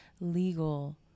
legal